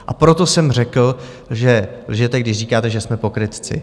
A proto jsem řekl, že lžete, když říkáte, že jsme pokrytci.